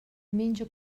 menja